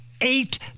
eight